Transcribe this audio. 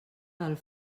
del